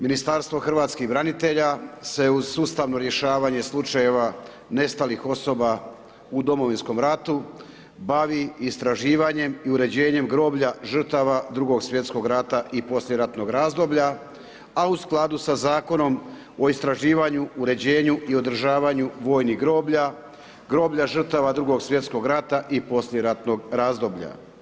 Ministarstvo hrvatskih branitelja se uz sustavno rješavanje slučajeva nestalih osoba u Domovinskom ratu, bavi istraživanjem i uređenjem groblja, žrtava 2.sv. rata i poslijeratnog razdoblja, a u skladu sa Zakonom o istraživanja, uređenju i održavanju vojnih groblja, groblja žrtava 2.sv. rata i poslijeratnog razdoblja.